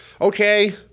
okay